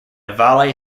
valle